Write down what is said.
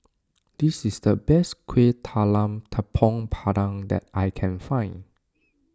this is the best Kuih Talam Tepong Pandan that I can find